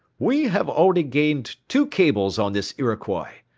we have already gained two cables on this iroquois.